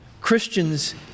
Christians